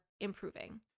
improving